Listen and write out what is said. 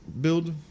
build